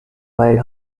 wild